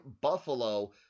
Buffalo